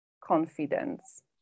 confidence